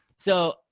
so